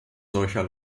solcher